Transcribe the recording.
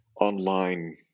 online